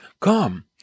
come